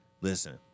listen